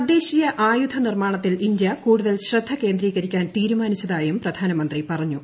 തദ്ദേശീയ ആയുധ നിർ മ്മാണത്തിൽ ഇന്ത്യ കൂടുതൽ ശ്രദ്ധ കേന്ദ്രീകരിക്കാൻ തീരുമാനിച്ചതായും പ്രധാനമന്ത്രി പറഞ്ഞു